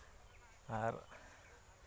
ᱟᱨ